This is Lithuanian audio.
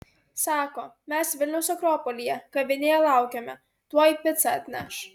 sako mes vilniaus akropolyje kavinėje laukiame tuoj picą atneš